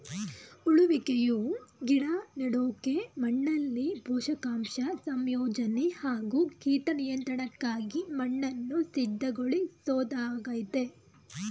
ಉಳುವಿಕೆಯು ಗಿಡ ನೆಡೋಕೆ ಮಣ್ಣಲ್ಲಿ ಪೋಷಕಾಂಶ ಸಂಯೋಜನೆ ಹಾಗೂ ಕೀಟ ನಿಯಂತ್ರಣಕ್ಕಾಗಿ ಮಣ್ಣನ್ನು ಸಿದ್ಧಗೊಳಿಸೊದಾಗಯ್ತೆ